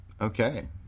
Okay